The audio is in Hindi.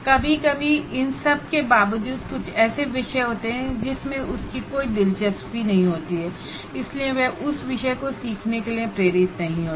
कभी कभी इन सब के बावजूद कुछ ऐसे विषय होते हैं जिसमें उसकी कोई दिलचस्पी नहीं होती है इसलिए वह उस विषय को सीखने के लिए प्रेरित नहीं होता